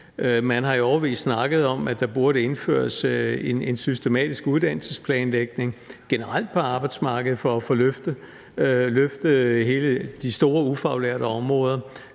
Man har i årevis snakket om, at der burde indføres en systematisk uddannelsesplanlægning generelt på arbejdsmarkedet for at løfte de store ufaglærte områder